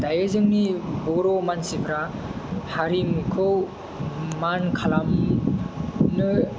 दायो जोंनि बर' मानसिफ्रा हारिमुखौ मान खालामनो